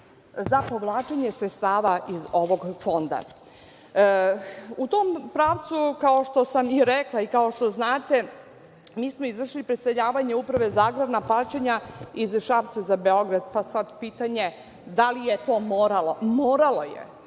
za povlačenje sredstava iz ovog fonda.U tom pravcu, kao što sam i rekla i kao što znate, mi smo izvršili preseljavanje Uprave za agrarna plaćanja iz Šapca za Beograd, pa sad pitanje – da li je to moralo? Moralo je,